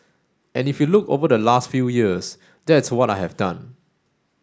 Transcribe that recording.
and if you look over the last few years that's what I have done